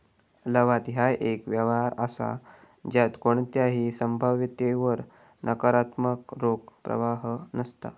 लवाद ह्या एक व्यवहार असा ज्यात कोणताही संभाव्यतेवर नकारात्मक रोख प्रवाह नसता